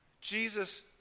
Jesus